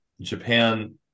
Japan